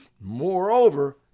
Moreover